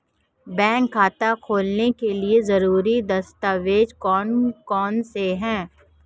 Bank खाता खोलने के लिए ज़रूरी दस्तावेज़ कौन कौनसे हैं?